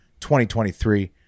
2023